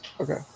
Okay